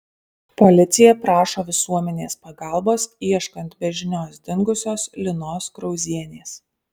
policija prašo visuomenės pagalbos ieškant be žinios dingusios linos krauzienės